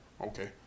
Okay